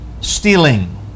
stealing